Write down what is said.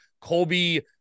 Colby